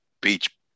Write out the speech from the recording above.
Beach